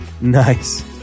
Nice